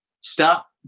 stop